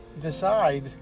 decide